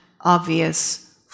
obvious